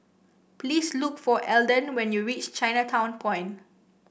please look for Elden when you reach Chinatown Point